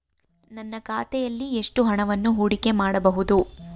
ನನ್ನ ಖಾತೆಯಲ್ಲಿ ಎಷ್ಟು ಹಣವನ್ನು ಹೂಡಿಕೆ ಮಾಡಬಹುದು?